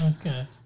Okay